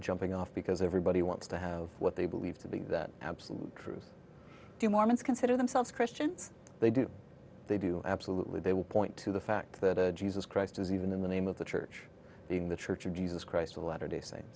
jumping off because everybody wants to have what they believe to be that absolute truth do mormons consider themselves christians they do they do absolutely they will point to the fact that jesus christ is even in the name of the church in the church of jesus christ of latter day saints